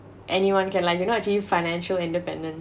anyone can like you know achieve financial independence